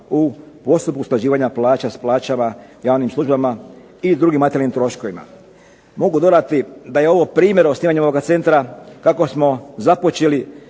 u postupku usklađivanja plaća s plaćama javnim službama i drugim materijalnim troškovima. Mogu dodati da je ovo primjer osnivanja ovoga centra kako smo započeli